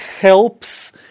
helps